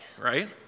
right